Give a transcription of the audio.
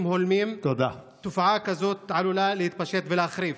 הולמים תופעה כזאת עלולה להתפשט ולהחריף.